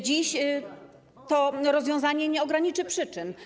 Dziś to rozwiązanie nie ograniczy przyczyn.